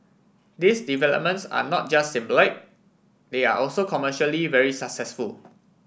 these developments are not just symbolic they are also commercially very successful